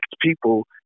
people